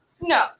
No